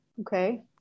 okay